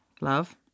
Love